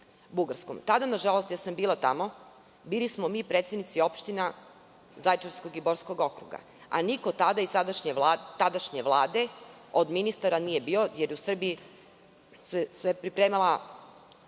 Bugarskom. Tada, nažalost, ja sam bila tamo, bili smo mi, predsednici opština Zaječarskog i Borskog okruga, a niko od ministara tadašnje Vlade nije bio, jer u Srbiji se pripremala